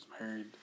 married